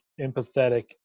empathetic